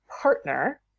partner